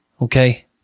okay